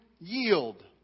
yield